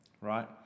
right